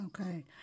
Okay